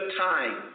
time